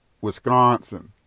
wisconsin